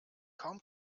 kaum